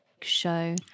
show